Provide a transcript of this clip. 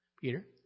Peter